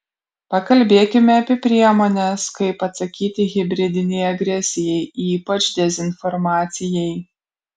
pakalbėkime apie priemones kaip atsakyti hibridinei agresijai ypač dezinformacijai